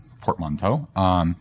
portmanteau